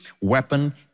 weapon